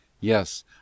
Yes